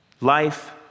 life